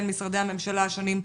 בין משרדי הממשלה השונים.